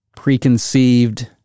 preconceived